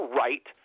right